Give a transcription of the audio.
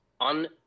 on